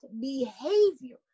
behavior